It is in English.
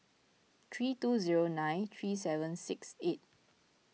three two zero nine three seven six eight